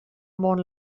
món